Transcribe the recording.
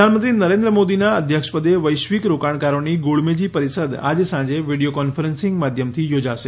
બેઠક પ્રધાનમંત્રી નરેન્દ્ર મોદીના અધ્યક્ષપદે વૈશ્વિક રોકાણકારોની ગોળમેજી પરિષદ આજે સાંજે વીડિયો કોન્ફરન્સિંગ માધ્યમથી યોજાશે